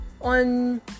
on